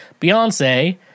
Beyonce